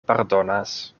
pardonas